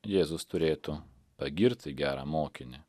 jėzus turėtų pagirti gerą mokinį